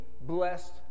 blessed